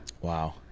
Wow